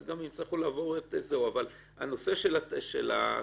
הן יצטרכו לעבור הנושא של ההתיישנות,